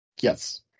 Yes